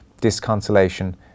disconsolation